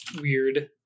weird